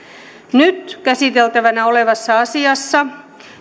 nyt käsiteltävänä olevassa asiassa